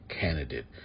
candidate